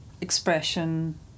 expression